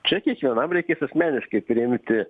čia kiekvienam reikės asmeniškai priimti